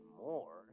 more